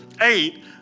eight